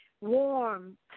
warm